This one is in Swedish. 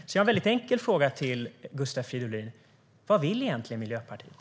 Jag har en väldigt enkel fråga till Gustav Fridolin: Vad vill egentligen Miljöpartiet?